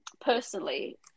personally